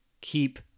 Keep